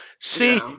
see